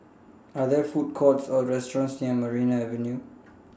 Are There Food Courts Or restaurants near Maria Avenue